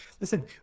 Listen